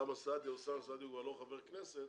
אוסאמה סעדי אוסאמה סעדי כבר לא חבר כנסת.